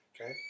okay